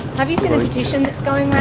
have you seen the petition that's going